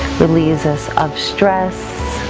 relieves us of stress,